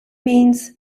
means